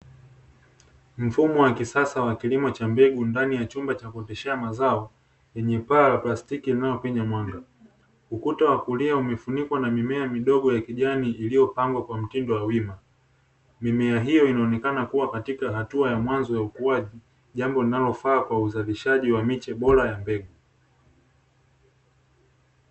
Mfumo wa kisasa wa kilimo cha mbegu ndani ya chumba cha kuoteshea mazao, lenye paa la plastiki linalopenya mwanga. Ukuta wa kulia umefunikwa na mimea midogo ya kijani, iliyopangwa kwa mtindo wa wima. Mimea hiyo inaonekana kuwa katika hatua ya mwanzo ya ukuaji, jambo linalofaa kwa uzalishaji wa miche bora ya mbegu.